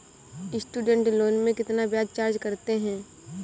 Student loan में कितना ब्याज चार्ज करते हैं?